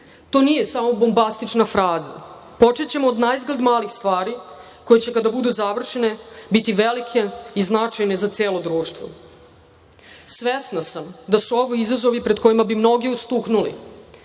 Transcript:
To nije samo bombastična fraza. Počećemo od naizgled malih stvari koje će kada budu završene biti velike i značajne za celo društvo. Svesna sam da su ovo izazovi pred kojima bi mnogi ustuknuli,